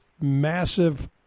massive